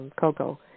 Cocoa